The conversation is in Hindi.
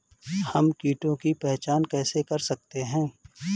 हम कीटों की पहचान कैसे कर सकते हैं?